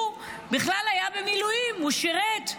הוא בכלל היה במילואים, הוא שירת,